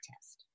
test